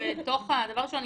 דבר ראשון,